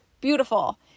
beautiful